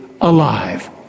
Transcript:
alive